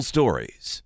Stories